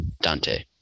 Dante